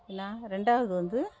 என்ன ரெண்டாவது வந்து